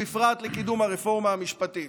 ובפרט לקידום הרפורמה המשפטית.